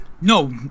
No